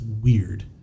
weird